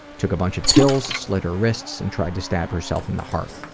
took a bunch of pills, slit her wrists, and tried to stab herself in the heart.